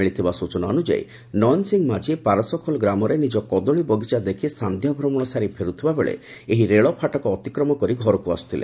ମିଳିଥିବା ସୂଚନା ଅନୁଯାୟୀ ନୟନ ସିଂ ମାଝୀ ପାରସଖୋଲ ଗ୍ରାମରେ ନିଜ କଦଳୀ ବଗିଚା ଦେଖି ସାନ୍ଧ୍ୟା ଭ୍ରମଣ ସାରି ଫେର୍ଥିବା ବେଳେ ଏହି ରେଳ ଫାଟକ ଅତିକ୍ରମ କରି ଘରକୁ ଆସୁଥିଲେ